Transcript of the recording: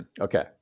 Okay